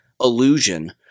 illusion